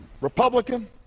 Republican